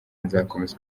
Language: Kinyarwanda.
nzakomeza